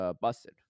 busted